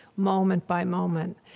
moment by moment.